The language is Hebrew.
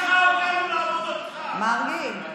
אותנו לעבודות דחק.